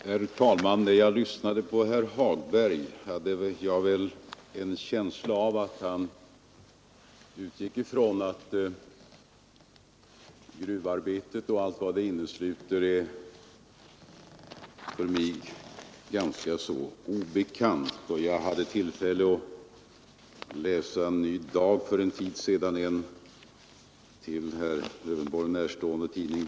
Herr talman! När jag lyssnade på herr Hagberg hade jag en känsla av att han utgick ifrån att gruvarbetet och allt vad det innesluter är för mig ganska så obekant. Jag hade tillfälle att läsa Ny Dag för en tid sedan — en herr Lövenborg närstående tidning.